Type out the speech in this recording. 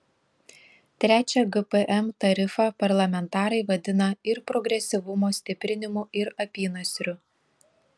trečią gpm tarifą parlamentarai vadina ir progresyvumo stiprinimu ir apynasriu